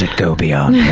go beyond